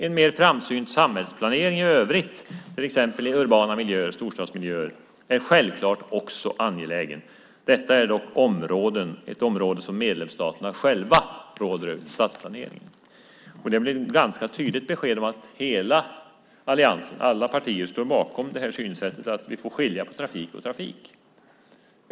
En mer framsynt samhällsplanering i övrigt, t.ex. i urbana miljöer, är självklart också angelägen. Detta är dock ett område som medlemsstaterna själva råder över." Det handlar alltså om stadsplanering. Det här är ett tydligt besked om att hela alliansen, alla partier, står bakom synsättet att vi får skilja på trafik och trafik.